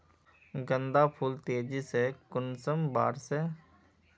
गेंदा फुल तेजी से कुंसम बार से?